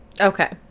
Okay